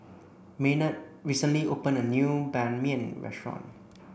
Maynard recently opened a new Ban Mian restaurant